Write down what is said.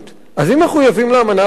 אז אם מחויבים לאמנה הבין-לאומית,